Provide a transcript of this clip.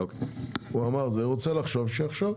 הוא אמר שהוא רוצה לחשוב, שיחשוב,